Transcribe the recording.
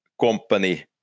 company